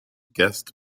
guest